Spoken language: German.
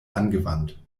angewandt